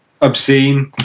obscene